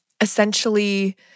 essentially